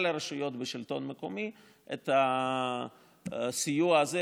הרשויות בשלטון המקומי את הסיוע הזה,